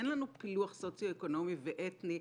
אין לנו פילוח סוציו-אקונומי ואתני.